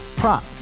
prop